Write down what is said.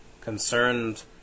concerned